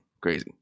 Crazy